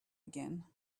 again